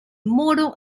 moro